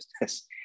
business